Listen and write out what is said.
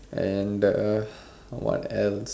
and the what else